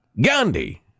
Gandhi